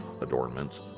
adornments